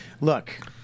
look